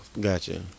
Gotcha